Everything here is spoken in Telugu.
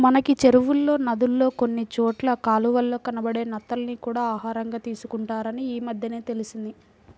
మనకి చెరువుల్లో, నదుల్లో కొన్ని చోట్ల కాలవల్లో కనబడే నత్తల్ని కూడా ఆహారంగా తీసుకుంటారని ఈమద్దెనే తెలిసింది